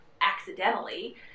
accidentally